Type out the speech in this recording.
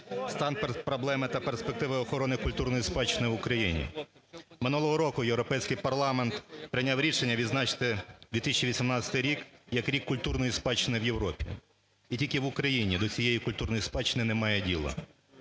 "Стан, проблеми та перспективи охорони культурної спадщини в Україні". Минулого року Європейський парламент прийняв рішення відзначити 2018 рік як рік культурної спадщини в Європі. І тільки в Україні до цієї культурної спадщини немає діла.